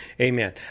Amen